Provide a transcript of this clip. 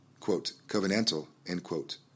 Covenantal